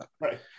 right